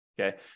Okay